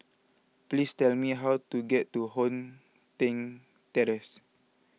please tell me how to get to Hong San Terrace